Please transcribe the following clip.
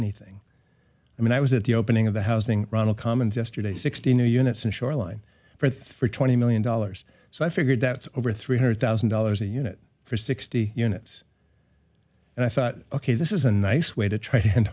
anything i mean i was at the opening of the housing ronald commons yesterday sixty new units in shoreline for three twenty million dollars so i figured that's over three hundred thousand dollars a unit for sixty units and i thought ok this is a nice way t